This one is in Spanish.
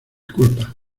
culpa